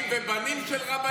מאי גולן השתמטה מהצבא.